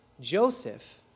Joseph